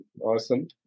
Awesome